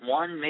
one